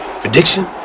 Prediction